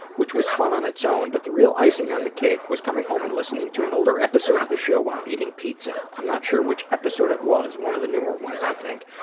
which was fun on its own, but the real icing on the cake was coming home and listening to an older episode of the show, while eating pizza. um not sure which episode it was, one of the newer ones i think.